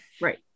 Right